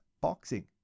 boxing